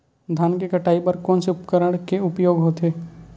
धान के कटाई बर कोन से उपकरण के उपयोग होथे?